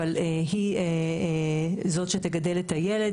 אבל היא זאת שתגדל את הילד.